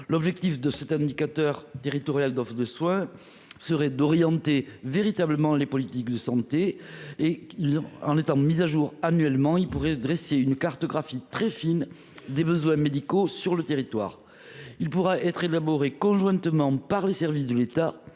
L’objectif de cet indicateur territorial de l’offre de soins serait d’orienter véritablement les politiques de santé. En étant mis à jour annuellement, il permettrait de dresser une cartographie très fine des besoins médicaux sur le territoire. Il serait élaboré par les services de l’État